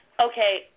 Okay